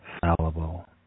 fallible